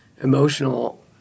emotional